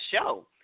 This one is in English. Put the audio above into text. show